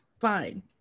fine